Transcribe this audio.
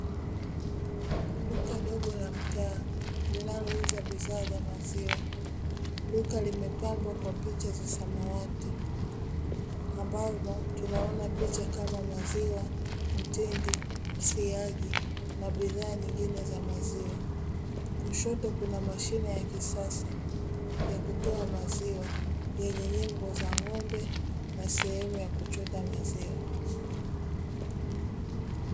Duka dogo la mtaa linalouza bidhaa za maziwa, duka limepambwa kwa picha za samawati. Ambamo tunaona picha kama maziwa mtindi, siagi na bidhaa nyingine za maziwa. Kushoto kuna mashine ya kisasa, ya kutoa maziwa yenye nembo za ngombe, na sehemu za kuchota maziwa .